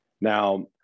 Now